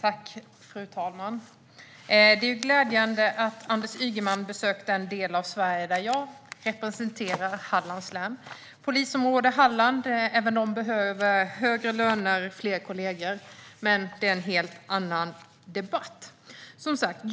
Fru talman! Det gläder mig att Anders Ygeman besökte den del av Sverige som jag representerar, Hallands län. Även polisområde Halland behöver högre löner och fler kollegor, men det är en helt annan debatt.